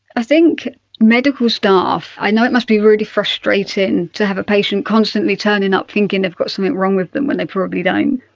ah think medical staff, i know it must be really frustrating to have a patient constantly turning up thinking they've got something wrong with them when they probably don't,